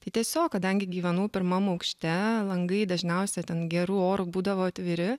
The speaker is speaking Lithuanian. tai tiesiog kadangi gyvenau pirmam aukšte langai dažniausia ten geru oru būdavo atviri